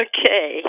Okay